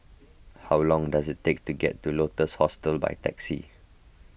how long does it take to get to Lotus Hostel by taxi